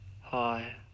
Hi